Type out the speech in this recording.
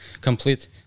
complete